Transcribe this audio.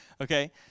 Okay